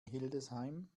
hildesheim